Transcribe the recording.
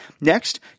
Next